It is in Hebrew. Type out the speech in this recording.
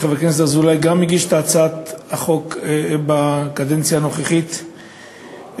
גם חבר הכנסת אזולאי הגיש את הצעת החוק בקדנציה הנוכחית מחדש,